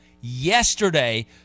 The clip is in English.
yesterday